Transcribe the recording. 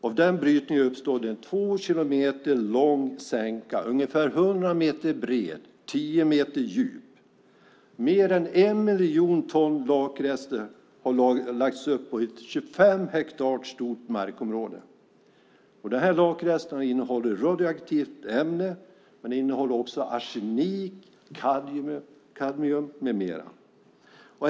Av den brytningen uppstod en två kilometer lång sänka, ungefär 100 meter bred och 10 meter djup. Mer än en miljon ton lakrester har lagts upp på ett 25 hektar stort markområde. Lakresterna innehåller radioaktivt ämne, arsenik, kadmium med mera.